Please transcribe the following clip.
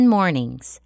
Mornings